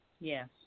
Yes